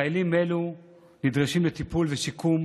חיילים אלו נדרשים לטיפול ושיקום,